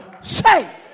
say